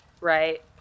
Right